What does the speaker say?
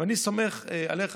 ואני סומך עליך,